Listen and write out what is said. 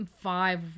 five